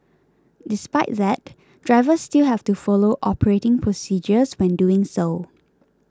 despite that drivers still have to follow operating procedures when doing so